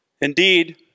Indeed